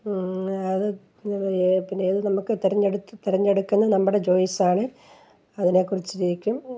അത് പിന്നെ അത് നമുക്ക് തെരഞ്ഞെടുത്ത് തെരഞ്ഞെടുക്കുന്നെ നമ്മടെ ചോയ്സാണ് അതിനെക്കുറിച്ച് ശരിക്കും